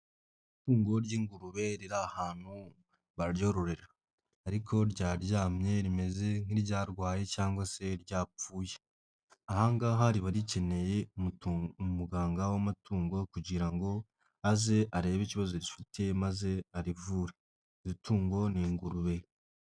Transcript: Itungo ry'ingurube riri ahantu baryororera ariko ryaryamye rimeze nk'iryarwaye cyangwa se ryapfuye. Aha ngaha, riba rikeneye umuganga w'amatungo kugira ngo aze arebe ikibazo gifitiye maze arivure. Iryo tungo ni ingurube.